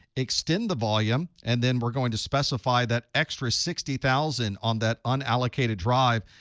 extend the volume, and then we're going to specify that extra sixty thousand on that unallocated drive.